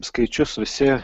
skaičius visi